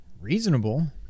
reasonable